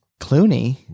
Clooney